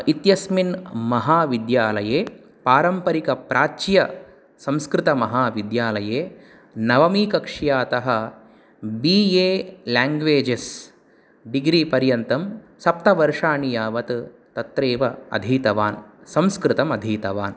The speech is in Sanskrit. इत्यस्मिन् महाविद्यालये पारम्परिक प्राच्य संस्कृतमहाविद्यालये नवमीकक्ष्यातः बी ए लेङ्गवेजेस् डिग्री पर्यन्तं सप्तवर्षाणि यावत् तत्रैव अधीतवान् संस्कृतम् अधीतवान्